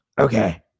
Okay